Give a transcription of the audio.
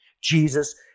Jesus